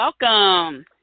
welcome